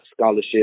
scholarship